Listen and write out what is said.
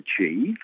achieve